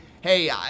hey